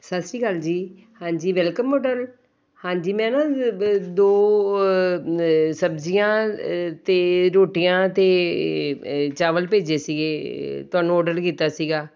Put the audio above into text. ਸਤਿ ਸ਼੍ਰੀ ਅਕਾਲ ਜੀ ਹਾਂਜੀ ਵੈਲਕਮ ਮੋਡਲ ਹਾਂਜੀ ਮੈਂ ਨਾ ਦੋ ਸਬਜ਼ੀਆਂ ਅਤੇ ਰੋਟੀਆਂ ਅਤੇ ਚਾਵਲ ਭੇਜੇ ਸੀਗੇ ਤੁਹਾਨੂੰ ਔਡਰ ਕੀਤਾ ਸੀਗਾ